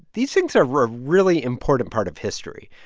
these things are a really important part of history.